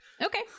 okay